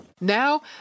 Now